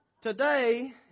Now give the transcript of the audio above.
Today